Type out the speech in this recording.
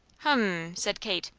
hummm! said kate.